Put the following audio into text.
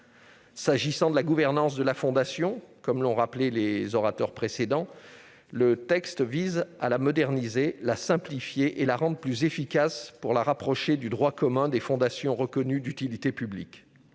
S'agissant de la gouvernance de la Fondation, les orateurs précédents ont déjà rappelé que le texte vise à la moderniser, à la simplifier et à la rendre plus efficace pour la rapprocher du droit commun des fondations reconnues d'utilité publique.